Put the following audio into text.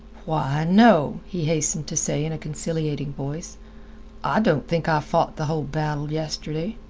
why, no, he hastened to say in a conciliating voice i don't think i fought the whole battle yesterday.